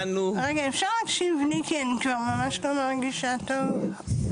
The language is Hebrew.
אפשר להקשיב לי כי אני כבר ממש לא מרגישה טוב?